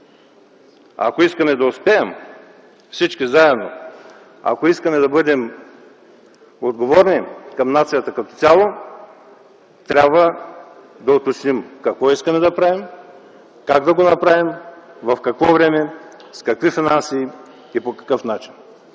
искаме да успеем, ако искаме да бъдем отговорни към нацията като цяло, трябва да уточним какво искаме да правим, как да го направим, в какво време, с какви финанси и по какъв начин.